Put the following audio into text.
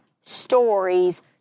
stories